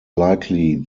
likely